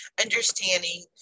understanding